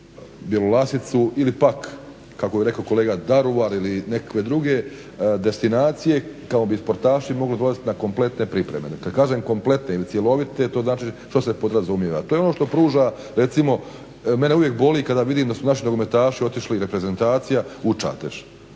Bjelolasicu ili pak kako je rekao kolega Daruvar ili neke druge destinacije kako bi sportaši mogli dolazit na kompletne pripreme. Dakle kažem kompletne ili cjelovite, to se podrazumijeva. Recimo mene uvijek boli kada vidimo da su naši nogometaši otišli, reprezentacija u Čatež,